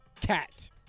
cat